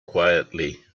quietly